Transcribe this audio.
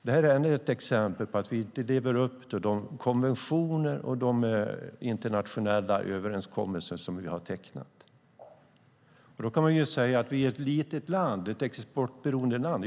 Detta är ännu ett exempel på att vi inte lever upp till de konventioner och internationella överenskommelser som vi har tecknat. Då kan man säga att vi är ett litet, exportberoende land.